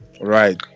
Right